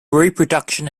reproduction